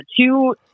two